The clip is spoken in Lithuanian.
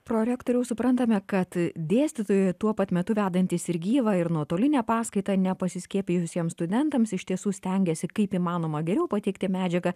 prorektoriau suprantame kad dėstytojai tuo pat metu vedantys ir gyvą ir nuotolinę paskaitą nepasiskiepijusiems studentams iš tiesų stengiasi kaip įmanoma geriau pateikti medžiagą